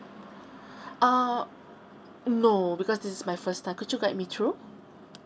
uh no because this is my first time could you guide me through